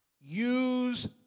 use